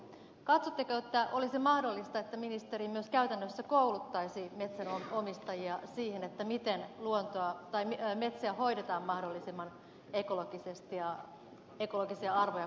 katsotteko että olisi mahdollista että ministeriö myös käytännössä kouluttaisi metsänomistajia siihen miten metsiä hoidetaan mahdollisimman ekologisesti ja ekologisia arvoja kunnioittaen